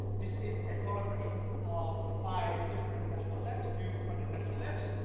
this is a collaboration of five different national labs, duty-funded national labs.